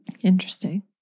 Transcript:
Interesting